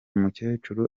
mukecuru